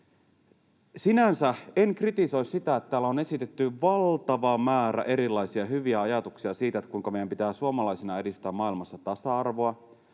Sinänsä en kritisoi sitä, kun täällä on esitetty valtava määrä erilaisia hyviä ajatuksia siitä, kuinka meidän pitää suomalaisina edistää maailmassa tasa-arvoa,